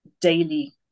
daily